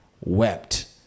wept